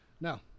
Now